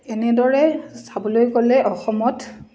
এনেদৰে চাবলৈ গ'লে অসমত